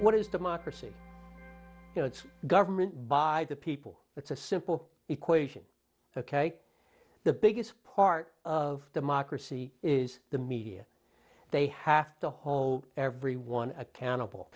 what is democracy you know it's government by the people it's a simple equation ok the biggest part of the mock recy is the media they have the whole everyone accountable